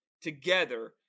together